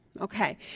Okay